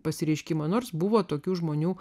pasireiškimą nors buvo tokių žmonių